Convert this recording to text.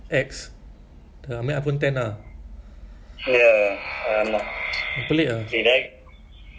ambil iphone ten ah pelik ah